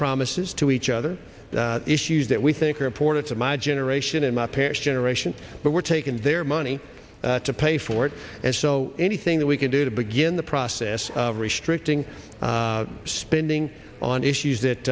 promises to each other issues that we think are important to my generation and my parents generation but we're taking their money to pay for it and so anything that we can do to begin the process of restricting spending on issues